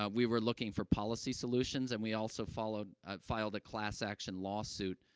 ah we were looking for policy solutions, and we also followed ah, filed a class action lawsuit,